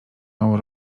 mało